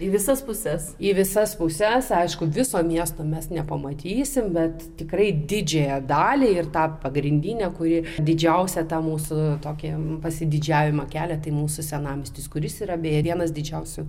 į visas puses į visas puses aišku viso miesto mes nepamatysim bet tikrai didžiąją dalį ir tą pagrindinę kuri didžiausią tą mūsų tokį pasididžiavimą kelia tai mūsų senamiestis kuris yra beje vienas didžiausių